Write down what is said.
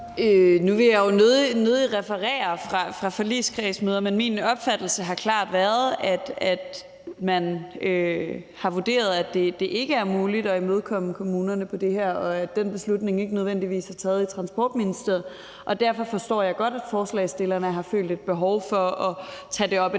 Nu vil jeg jo nødig referere fra forligskredsmøder, men min opfattelse har klart været, at man har vurderet, at det ikke har været muligt at imødekomme kommunerne på det her område, og den beslutning er ikke nødvendigvis taget i Transportministeriet, og derfor forstår jeg godt, at forslagsstillerne har følt et behov for at tage det op et